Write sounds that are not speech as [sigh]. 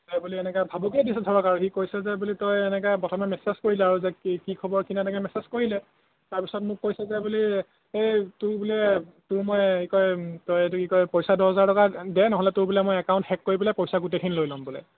[unintelligible] বুলি এনেকৈ ভাবুকিয়ে দিছে ধৰক আৰু সি কৈছে যে বোলে তই এনেকৈ প্ৰথমে মেচেজ কৰিলে আৰু যে কি খবৰ কি নাই এনেকৈ মেচেজ কৰিলে তাৰপিছত মোক কৈছে যে বোলে এই তোৰ বোলে তোৰ মই কি কয় তই এইটো কি কয় পইচা দহ হাজাৰ টকা দে নহ'লে তোৰ বোলে মই একাউণ্ট হেক কৰি বোলে পইচা গোটেইখিনি লৈ ল'ম বোলে